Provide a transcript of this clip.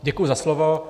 Děkuji za slovo.